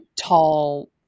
tall